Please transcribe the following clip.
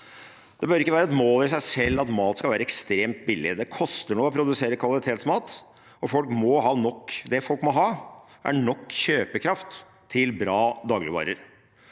Det bør ikke være et mål i seg selv at mat skal være ekstremt billig. Det koster noe å produsere kvalitetsmat, og folk må ha nok. Det folk må ha, er nok kjøpekraft til bra dagligvarer.